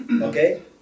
okay